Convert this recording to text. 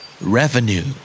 Revenue